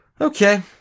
Okay